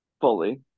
Fully